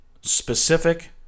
specific